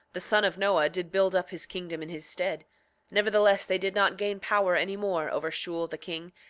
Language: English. the son of noah did build up his kingdom in his stead nevertheless they did not gain power any more over shule the king,